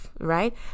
right